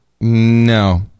No